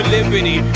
Liberty